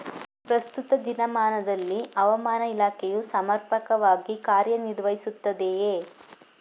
ಪ್ರಸ್ತುತ ದಿನಮಾನದಲ್ಲಿ ಹವಾಮಾನ ಇಲಾಖೆಯು ಸಮರ್ಪಕವಾಗಿ ಕಾರ್ಯ ನಿರ್ವಹಿಸುತ್ತಿದೆಯೇ?